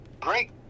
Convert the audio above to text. Great